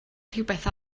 rhywbeth